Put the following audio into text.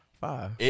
Five